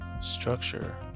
structure